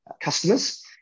customers